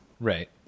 Right